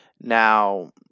Now